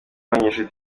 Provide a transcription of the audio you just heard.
w’abanyeshuri